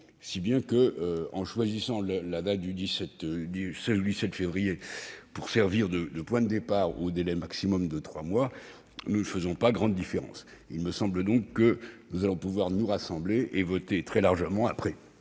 Ainsi, en choisissant la date du 16 février pour servir de point de départ au délai maximal de trois mois, nous ne faisons pas grande différence. Il me semble donc que nous allons pouvoir nous rassembler autour de cette mesure et, après